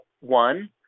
One